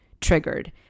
triggered